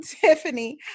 Tiffany